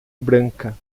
branca